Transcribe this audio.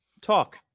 Talk